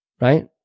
right